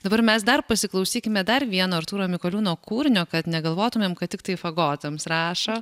dabar mes dar pasiklausykime dar vieno artūro mikoliūno kūrinio kad negalvotumėm kad tiktai fagotams rašo